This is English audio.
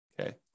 okay